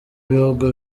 bihugu